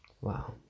wow